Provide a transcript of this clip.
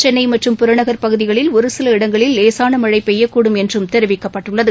சென்னை மற்றும் புறநகள் பகுதிகளில் ஒரு சில இடங்களில் லேசான மழை பெய்யக்கூடும் என்றும் தெரிவிக்கப்பட்டுள்ளது